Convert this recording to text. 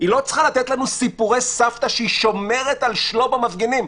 היא לא צריכה לתת לנו סיפורי סבתא שהיא שומרת על שלום המפגינים.